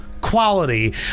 quality